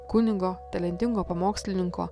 kunigo talentingo pamokslininko